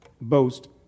boast